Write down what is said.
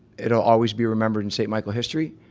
it will always be remembered in st michael history